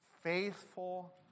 faithful